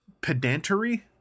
pedantry